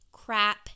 crap